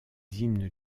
hymnes